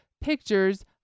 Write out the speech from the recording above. pictures